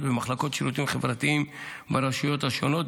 במחלקות לשירותים חברתיים ברשויות השונות,